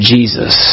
Jesus